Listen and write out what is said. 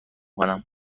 کنم